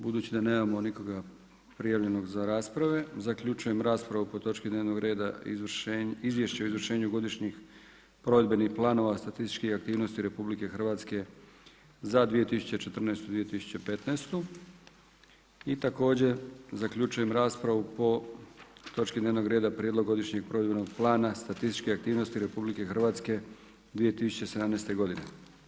Budući da nemamo nikoga prijavljenog za rasprave, zaključujem raspravu po točki dnevnog reda Izvješće o izvršenju godišnjih provedbenih planova statističkih aktivnosti RH za 2014., 2015. i također zaključujem raspravu po točki dnevnog reda Prijedlog godišnjeg provedbenog plana statističke aktivnosti RH za 2017. godine.